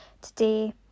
today